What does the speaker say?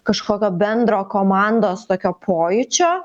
kažkokio bendro komandos tokio pojūčio